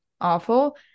awful